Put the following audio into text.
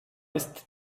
ist